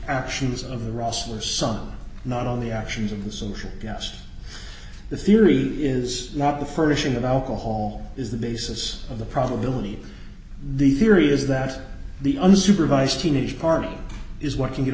actions of the russell son not on the actions of the social gaffes the theory is not the furnishing of alcohol is the basis of the probability the theory is that the unsupervised teenage party is what you get